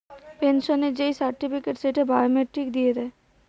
পেনসনের যেই সার্টিফিকেট, সেইটা বায়োমেট্রিক দিয়ে দেয়